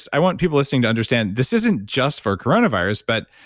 i want people listening to understand, this isn't just for coronavirus, but,